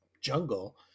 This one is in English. jungle